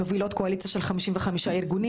מובילות קואליציה של 55 ארגונים.